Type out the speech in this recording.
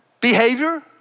behavior